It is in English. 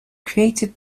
created